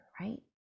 right